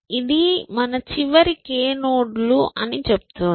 ఇది మన చివరి k నోడ్ లు అని చెప్తోంది